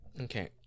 Okay